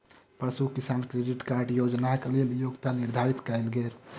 पशु किसान credit card योजनाक लेल योग्यता निर्धारित कयल गेल